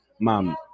mom